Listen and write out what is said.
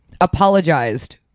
apologized